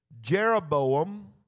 Jeroboam